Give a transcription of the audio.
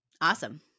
Awesome